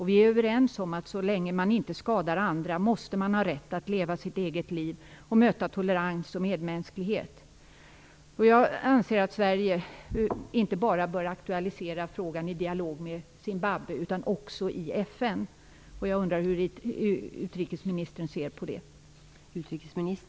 Vi är överens om att så länge man inte skadar andra måste man ha rätt att leva sitt eget liv och möta tolerans och medmänsklighet. Jag anser att Sverige inte bara bör aktualisera frågan i dialog med Zimbabwe utan också i FN. Jag undrar hur utrikesministern ser på det.